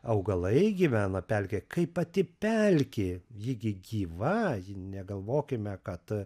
augalai gyvena pelkėje kaip pati pelkė ji gi gyva ji negalvokime kad